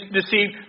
deceived